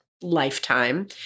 lifetime